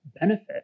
benefit